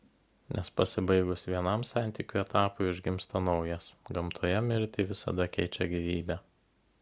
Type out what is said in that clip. nes pasibaigus vienam santykių etapui užgimsta naujas gamtoje mirtį visada keičia gyvybė